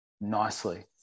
nicely